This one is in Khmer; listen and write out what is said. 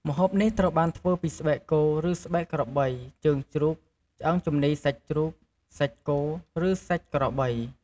ម្ហូបនេះត្រូវបានធ្វើពីស្បែកគោឬស្បែកក្របី ជើងជ្រូក ឆ្អឹងជំនីសាច់ជ្រូក សាច់គោ ឬសាច់ក្របី។